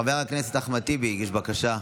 חבר הכנסת אחמד טיבי הגיש בקשה.